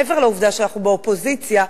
מעבר לעובדה שאנחנו באופוזיציה,